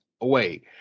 away